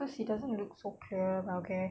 cause it doesn't look so clear but okay